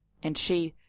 and she,